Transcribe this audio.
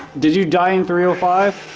did you die in three or five.